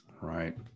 Right